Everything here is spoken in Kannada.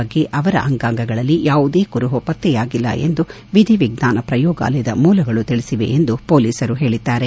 ಬಗ್ಗೆ ಅವರ ಅಂಗಾಂಗಗಳಲ್ಲಿ ಯಾವುದೇ ಕುರುಹು ಪತ್ತೆಯಾಗಿಲ್ಲ ಎಂದು ವಿಧಿ ವಿಜ್ಞಾನ ಪ್ರಯೋಗಾಲಯದ ಮೂಲಗಳು ತಿಳಿಸಿವೆ ಎಂದು ಪೊಲೀಸರು ಹೇಳದ್ದಾರೆ